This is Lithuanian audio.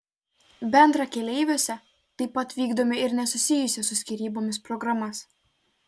bendrakeleiviuose taip pat vykdome ir nesusijusias su skyrybomis programas